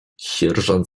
sierżant